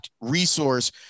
resource